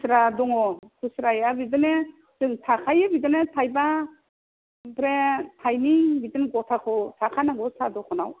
खुस्रा दङ खुस्राया बिदिनो जों थाखायो बिदिनो थाइबा ओमफ्राय थाइनै बिदिनो गथाखौ थाखानांगौ साह दखानाव